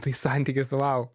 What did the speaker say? tai santykis vau